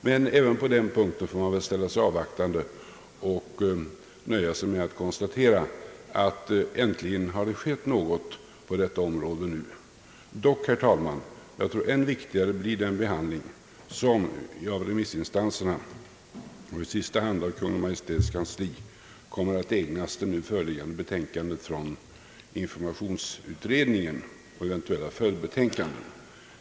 Men även på denna punkt får man ställa sig avvaktande och nöja sig med att konstatera att det nu äntligen har skett något på detta område. Dock, herr talman, än viktigare blir den behandling som av remissinstanserna och i sista hand Kungl. Maj:ts kansli kommer att ägnas det nu föreliggande betänkandet från informationsutredningen och eventuella följdbetänkanden.